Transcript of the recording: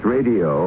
Radio